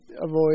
avoid